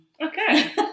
Okay